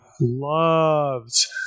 loves